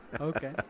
okay